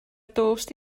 dost